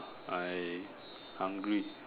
I hungry